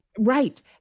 Right